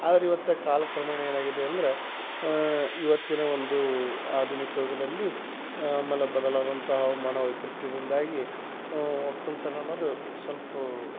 ಆದ್ರೆ ಇವತ್ತು ಕಾಲಕ್ರಮೇಣ ಏನಾಗಿದೆ ಅಂದ್ರೆ ಇವತ್ತಿನ ಒಂದು ಆಧುನಿಕ ಯುಗದಲ್ಲಿ ಆಮೇಲೆ ಬದಲಾದಂತಹ ಮನೋವೈಪರೀತ್ಯದಿಂದಾಗಿ ಒಕ್ಕಲ್ತನ ಅನ್ನೋದು ಸಲ್ಪ